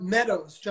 Meadows